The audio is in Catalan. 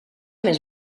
més